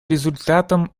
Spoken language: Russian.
результатом